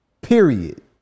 period